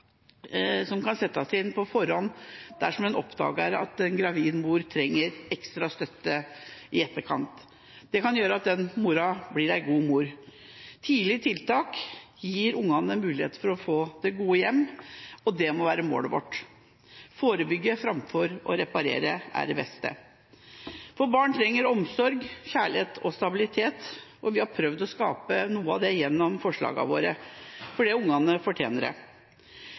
som kan settes inn på forhånd, dersom en oppdager at en gravid mor trenger ekstra støtte i etterkant. Det kan gjøre at den mora blir en god mor. Tidlige tiltak gir ungene en mulighet for å få det gode hjem, og det må være målet vårt – forebygge framfor å reparere er det beste. Barn trenger omsorg, kjærlighet og stabilitet, og vi har prøvd å skape noe av det gjennom forslagene våre fordi ungene fortjener det.